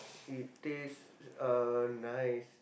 it taste uh nice